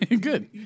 Good